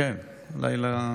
כן, הלילה.